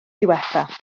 diwethaf